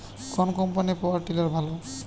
কোন কম্পানির power tiller ভালো?